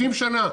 70 שנה.